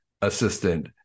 assistant